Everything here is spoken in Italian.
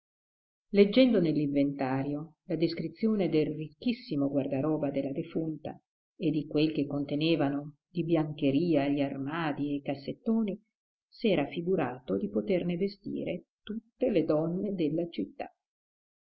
nell'inventario la descrizione del ricchissimo guardaroba della defunta e di quel che contenevano di biancheria gli armadii e i cassettoni s'era figurato di poterne vestire tutte le donne della città